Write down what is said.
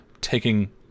taking